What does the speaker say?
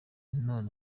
none